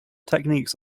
techniques